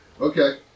Okay